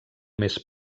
més